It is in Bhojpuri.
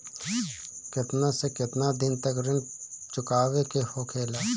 केतना से केतना दिन तक ऋण चुकावे के होखेला?